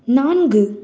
நான்கு